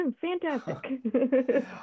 fantastic